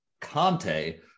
Conte